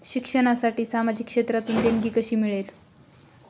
शिक्षणासाठी सामाजिक क्षेत्रातून देणगी कशी मिळेल?